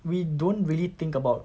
we don't really think about